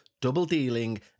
double-dealing